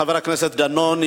חבר הכנסת דנון,